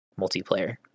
multiplayer